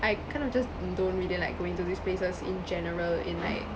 I kind of just don't really like going to these places in general in like